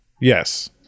Yes